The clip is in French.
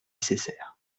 nécessaires